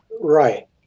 right